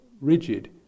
rigid